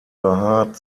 behaart